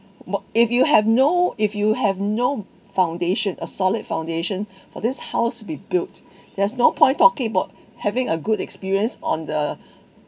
what if you have no if you have no foundation a solid foundation for this house to be built there's no point talking about having a good experience on the